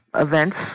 events